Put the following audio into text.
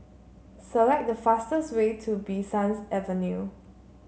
select the fastest way to Bee Sans Avenue